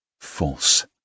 False